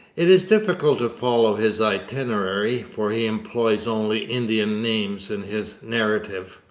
it is difficult to follow his itinerary, for he employs only indian names in his narrative.